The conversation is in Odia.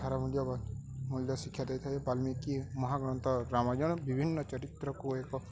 ଧାରା ମୂଲ୍ୟ ମୂଲ୍ୟ ଶିକ୍ଷା ଦେଇଥାଏ ବାଲ୍ମୀକି ମହାଗ୍ରନ୍ଥ ବିଭିନ୍ନ ଚରିତ୍ରକୁ ଏକ